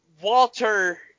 Walter